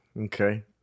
Okay